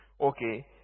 Okay